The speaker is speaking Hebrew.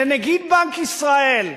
לנגיד בנק ישראל,